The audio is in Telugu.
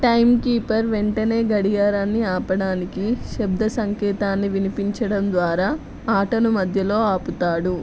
టైమ్ కీపర్ వెంటనే గడియారాన్ని ఆపడానికి శబ్ద సంకేతాన్ని వినిపించడం ద్వారా ఆటను మధ్యలో ఆపుతాడు